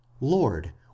lord